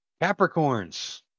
Capricorns